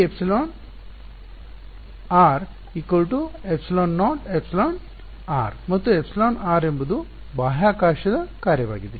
εr ಇಲ್ಲಿಯೇ ಈ epsilon ε ε0εr ಮತ್ತು εr ಎಂಬುದು ಬಾಹ್ಯಾಕಾಶದ ಕಾರ್ಯವಾಗಿದೆ